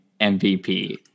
MVP